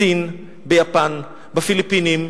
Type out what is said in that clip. בסין, ביפן, בפיליפינים,